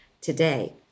today